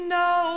no